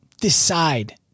decide